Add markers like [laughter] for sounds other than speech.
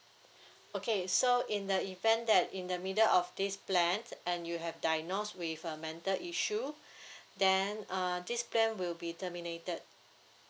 okay so in the event that in the middle of this plan and you have diagnosed with a mental issue [breath] then uh this plan will be terminated